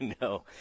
No